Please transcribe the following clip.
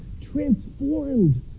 transformed